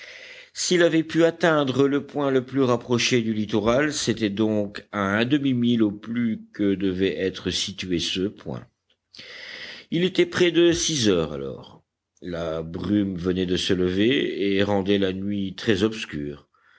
s'il avait pu atteindre le point le plus rapproché du littoral c'était donc à un demi-mille au plus que devait être situé ce point il était près de six heures alors la brume venait de se lever et rendait la nuit très obscure